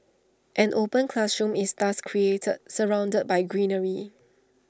an open classroom is thus created surrounded by greenery